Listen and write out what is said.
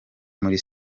muri